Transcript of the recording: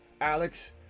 Alex